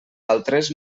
altres